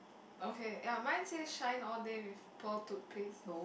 okay ya mine say shine all day with Paul toothpaste